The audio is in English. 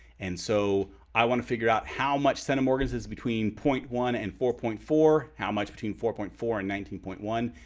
and so i want to figure out how much centimorgans is between zero point one and four point four? how much between four point four and nineteen point one?